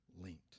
linked